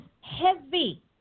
heavy